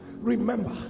Remember